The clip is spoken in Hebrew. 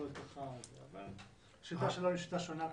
אבל השיטה שלנו קצת שונה.